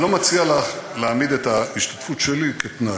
אני לא מציע לך להעמיד את ההשתתפות שלי כתנאי.